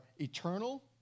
eternal